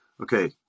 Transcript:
okay